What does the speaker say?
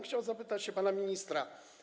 Chciałbym zapytać się pana ministra.